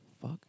fuck